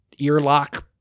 earlock